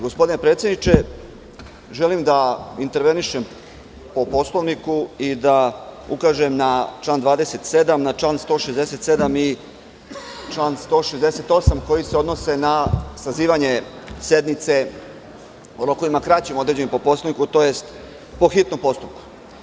Gospodine predsedniče, želim da intervenišem po Poslovniku i da ukažem na član 27, na član 167. i član 168, koji se odnose na sazivanje sednice u rokovima kraćim određenim po Poslovniku, tj. po hitnom postupku.